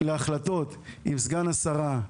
להחלטות עם סגן השרה,